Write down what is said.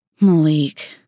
Malik